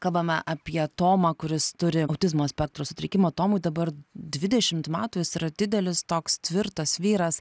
kalbame apie tomą kuris turi autizmo spektro sutrikimą tomui dabar dvidešimt metų jis yra didelis toks tvirtas vyras